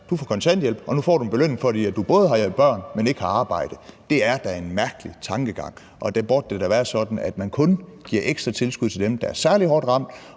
du får kontanthjælp, og nu får du en belønning, fordi du både har børn og ikke har arbejde. Det er da en mærkelig tankegang, og der burde det da være sådan, at man kun giver ekstra tilskud til dem, der er særlig hårdt ramt,